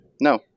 No